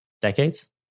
Decades